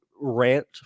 rant